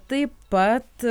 taip pat